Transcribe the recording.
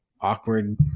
awkward